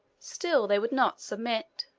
still they would not submit.